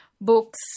books